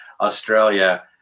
Australia